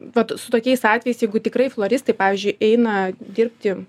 vat su tokiais atvejais jeigu tikrai floristai pavyzdžiui eina dirbti